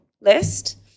list